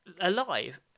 alive